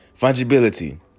fungibility